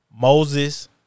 Moses